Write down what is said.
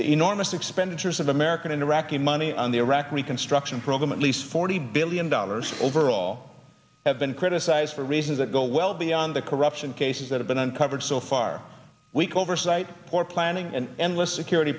the enormous expenditures of american and iraqi money on the iraqi reconstruction program at least forty billion dollars overall have been criticized for reasons that go well beyond the corruption cases that have been uncovered so far we call oversight poor planning and endless security